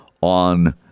on